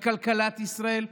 לכלכלת ישראל.